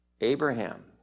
Abraham